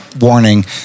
warning